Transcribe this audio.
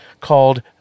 called